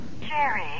Jerry